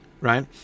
right